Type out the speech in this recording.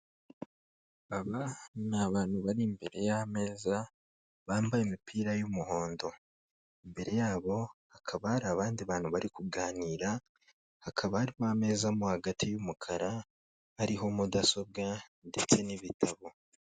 Aba ni abantu bari imbere y'ameza bambaye imipira y'umuhondo, imbere yabo hakaba hari abandi bantu bari kuganira, hakaba hari n'ameza mo hagati y'umukara ariho mudasobwa ndetse n'ibitabo.